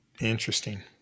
Interesting